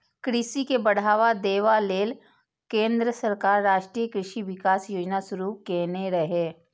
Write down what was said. कृषि के बढ़ावा देबा लेल केंद्र सरकार राष्ट्रीय कृषि विकास योजना शुरू केने रहै